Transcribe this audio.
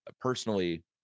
personally